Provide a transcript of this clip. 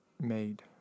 made